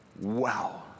Wow